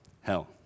hell